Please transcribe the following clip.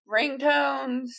ringtones